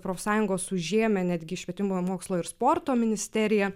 profsąjungos užėjome netgi į švietimo ir mokslo ir sporto ministeriją